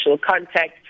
contact